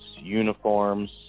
uniforms